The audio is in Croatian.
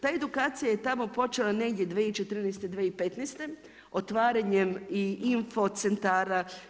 Ta edukacija je tamo počela negdje 2014., 2015. otvaranjem i info centara.